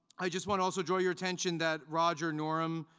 i just wanna also draw your attention that roger norham,